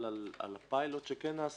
על חשבון מי?